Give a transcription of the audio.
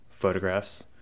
photographs